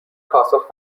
پاسخ